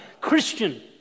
Christian